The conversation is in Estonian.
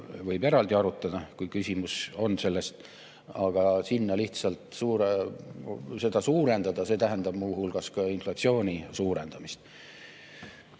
võib eraldi arutada, kui küsimus on selles –, aga lihtsalt selle suurendamine tähendab muu hulgas ka inflatsiooni suurendamist.